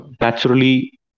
naturally